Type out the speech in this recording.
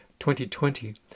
2020